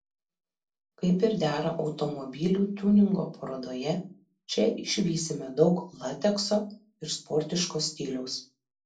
kaip ir dera automobilių tiuningo parodoje čia išvysime daug latekso ir sportiško stiliaus